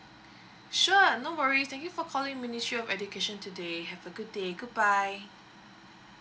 sure no worries thank you for calling ministry of education today have a good day goodbye